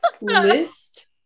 list